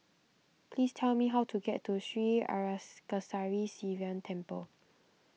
please tell me how to get to Sri Arasakesari Sivan Temple